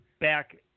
Back